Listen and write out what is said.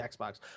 Xbox